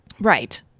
Right